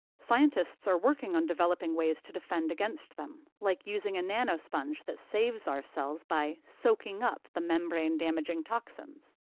scientists are working on developing ways to defend against them, like using a nano-sponge that saves our cells by soaking up the membrane-damaging toxins.